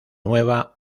nueva